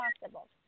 possible